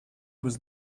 was